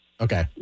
Okay